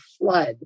flood